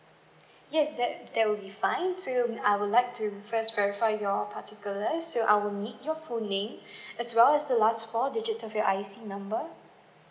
yes that that will be fine so I would like first verify your particulars so I will need your full name as well as the last four digits of your I_C number